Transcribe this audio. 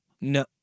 No